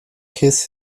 kiss